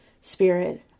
spirit